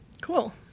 Cool